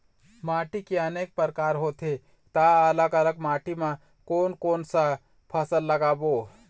माटी के अनेक प्रकार होथे ता अलग अलग माटी मा कोन कौन सा फसल लगाबो?